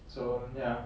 so ya